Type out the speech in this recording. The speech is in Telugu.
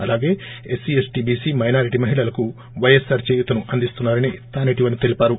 అలాగే ఎస్సీ ఎస్టీ బీసీ మైనారిటీ మహిళలకు వైఎస్పార్ చేయూతను అందిస్తున్నా రని తాసేటి వనిత తెలిపారు